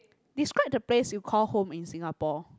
describe the place you call home in Singapore